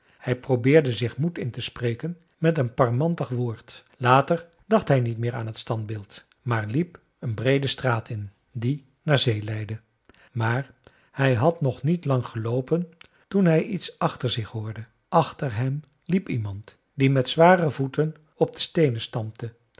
hij probeerde zich moed in te spreken met een parmantig woord later dacht hij niet meer aan het standbeeld maar liep een breede straat in die naar zee leidde maar hij had nog niet lang geloopen toen hij iets achter zich hoorde achter hem liep iemand die met zware voeten op de steenen stampte